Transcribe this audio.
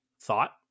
thought